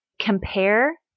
compare